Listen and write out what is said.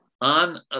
on